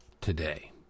today